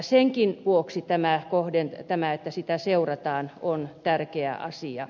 senkin vuoksi tämä että sitä seurataan on tärkeä asia